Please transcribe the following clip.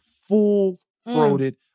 full-throated